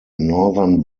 northern